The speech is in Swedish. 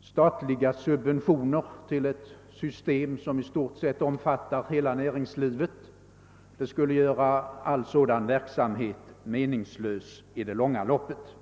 statliga subventioner till ett system som i stort sett omfattar hela näringslivet — det skulle göra all sådan verksamhet meningslös i det långa loppet.